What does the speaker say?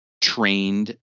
trained